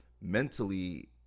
mentally